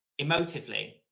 emotively